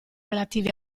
relativi